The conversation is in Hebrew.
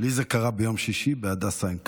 לי זה קרה ביום שישי בהדסה עין כרם.